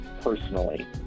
personally